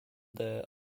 there